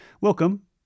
Welcome